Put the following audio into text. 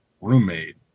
roommate